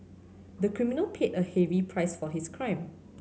the criminal paid a heavy price for his crime